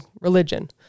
religion